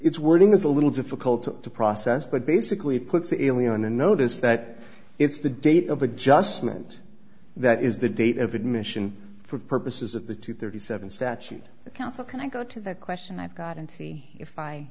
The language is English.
its wording is a little difficult to process but basically puts the alien in notice that it's the date of adjustment that is the date of admission for purposes of the two thirty seven statute the council can i go to the question i've got and see if i